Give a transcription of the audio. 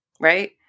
Right